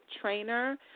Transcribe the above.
trainer